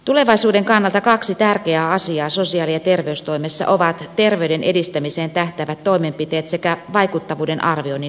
tulevaisuuden kannalta kaksi tärkeää asiaa sosiaali ja terveystoimessa ovat terveyden edistämiseen tähtäävät toimenpiteet sekä vaikuttavuuden arvioinnin lisääminen